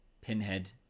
Pinhead